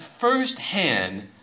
firsthand